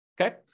okay